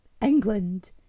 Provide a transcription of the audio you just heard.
England